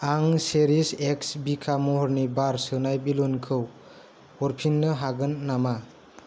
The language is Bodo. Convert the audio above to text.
आं चेरिश एक्स बिखा महरनि बार सोनाय बेलुनखौ हरफिन्नो हागोन नामा